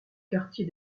quartier